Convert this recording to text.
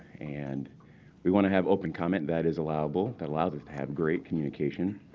and we want to have open comment. that is allowable. that allows us to have great communication.